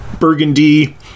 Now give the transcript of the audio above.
burgundy